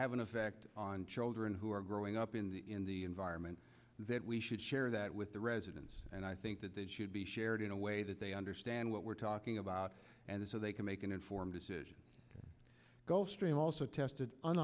have an effect on children who are growing up in the in the environment that we should share that with the residents and i think that that should be shared in a way that they understand what we're talking about and so they can make an informed decision go straight also tested